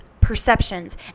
perceptions